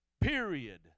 Period